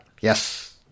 Yes